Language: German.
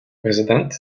präsident